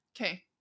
Okay